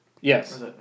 Yes